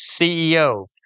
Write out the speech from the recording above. CEO